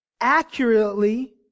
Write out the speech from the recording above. accurately